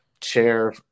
chair